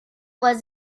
was